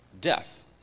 death